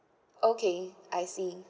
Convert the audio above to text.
okay I see